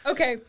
Okay